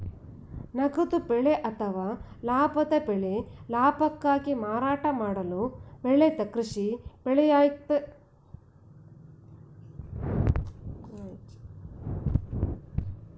ನಗದು ಬೆಳೆ ಅಥವಾ ಲಾಭದ ಬೆಳೆ ಲಾಭಕ್ಕಾಗಿ ಮಾರಾಟ ಮಾಡಲು ಬೆಳೆದ ಕೃಷಿ ಬೆಳೆಯಾಗಯ್ತೆ ಫಾರ್ಮ್ನಿಂದ ಪ್ರತ್ಯೇಕ ಪಕ್ಷ ಖರೀದಿಸ್ತವೆ